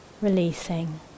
Releasing